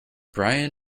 brian